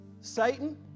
Satan